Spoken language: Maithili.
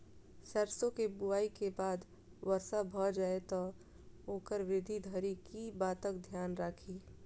सैरसो केँ बुआई केँ बाद वर्षा भऽ जाय तऽ ओकर वृद्धि धरि की बातक ध्यान राखि?